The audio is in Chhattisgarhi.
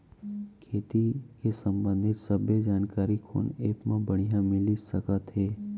खेती के संबंधित सब्बे जानकारी कोन एप मा बढ़िया मिलिस सकत हे?